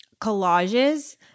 collages